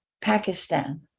Pakistan